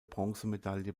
bronzemedaille